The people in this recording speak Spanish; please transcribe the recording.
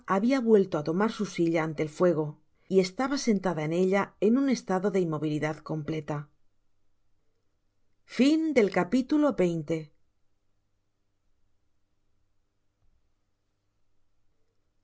habia vuelto á tomar su silla ante el fuego y estaba sentada en ella en un estado de inmovilidad completa